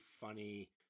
funny